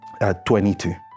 22